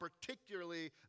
particularly